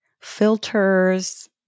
Filters